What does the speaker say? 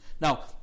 Now